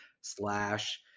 slash